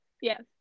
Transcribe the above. Yes